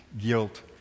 guilt